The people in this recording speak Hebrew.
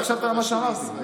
לא הקשבת למה שאמרתי.